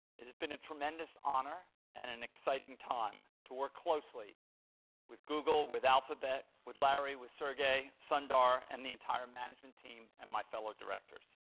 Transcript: it has been a tremendous honor and an exciting time to work closely with google, with alphabet, with larry, with sergey, sundar, and the entire management team and my fellow directors.